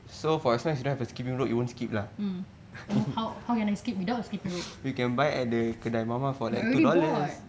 mm how how I'm can skip without skipping rope I already bought